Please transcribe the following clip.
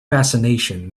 fascination